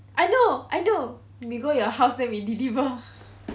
I know I know we go your house then we deliver